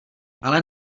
ale